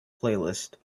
playlist